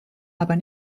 aber